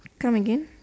come again